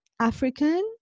African